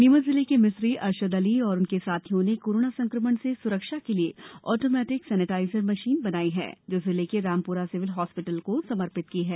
नीमच जिले के मिस्त्री अरशद अली और उनके साथियों ने कोरोना संकमण से सुरक्षा के लिए आटोमेटिक सेनीटाइजर मशीन बनाई है जो जिले के रामपुरा सिविल हॉस्पिटल को समर्पित की गई है